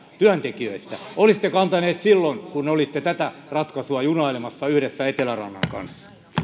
työntekijöistä olisitte kantaneet silloin kun olitte tätä ratkaisua junailemassa yhdessä etelärannan kanssa